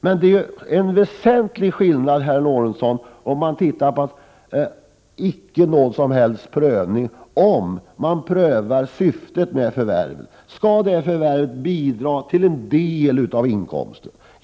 Men det är en väsentlig skillnad, herr Lorentzon, mellan att icke ha någon som helst prövning och att pröva om syftet med förvärvet är att förvärvet skall bidra till inkomsten.